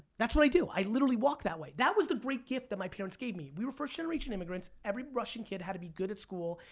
that's what i do. i literally walk that way. that was the great gift that my parents gave me. we were first generation immigrants. every russian kid had to be good at school,